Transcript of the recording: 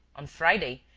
on friday,